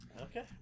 Okay